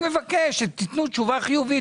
איתי טמקין,